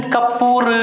Kapoor